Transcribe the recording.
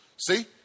See